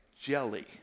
jelly